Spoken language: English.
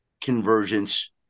convergence